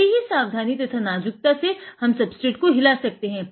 बड़ी ही सावधानी तथा नाजुकता से हम सबस्ट्रेट को हिला सकते हैं